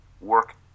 work